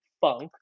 Funk